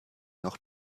noch